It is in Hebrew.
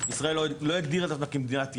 ישראל לא הגדירה את עצמה כמדינת ים,